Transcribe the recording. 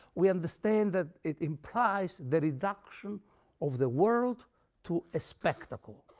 we understand that it implies the reduction of the world to a spectacle,